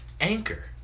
Anchor